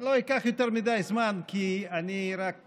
לא אקח יותר מדי זמן, כי אני רק